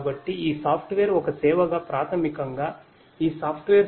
కాబట్టి ఈ సాఫ్ట్వేర్ పేరు